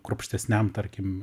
kruopštesniam tarkim